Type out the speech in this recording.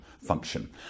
function